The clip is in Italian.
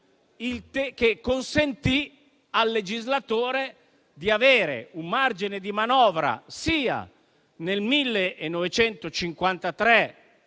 che consentì al legislatore di avere un margine di manovra sia nel 1953,